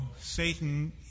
Satan